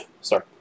sorry